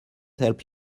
help